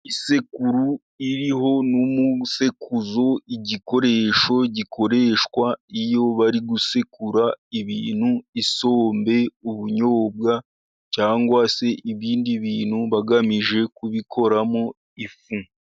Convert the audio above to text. Isekuru iriho n'umusekuzo, igikoresho gikoreshwa iyo bari gusekura ibintu: isombe, ubunyobwa, cyangwa se ibindi bintu, bagamije kubikoramo ifu.